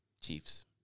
Chiefs